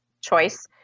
choice